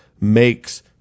makes